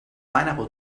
pineapple